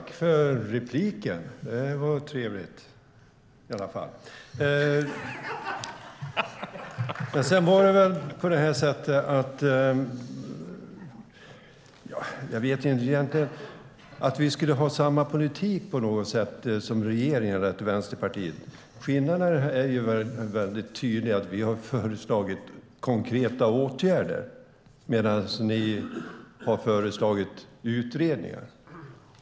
Herr talman! Tack för repliken! Det var trevligt i alla fall. Beträffande att Vänsterpartiet på något sätt skulle ha samma politik som regeringen: Skillnaderna är väldigt tydliga. Vi har föreslagit konkreta åtgärder, medan ni har föreslagit utredningar.